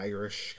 Irish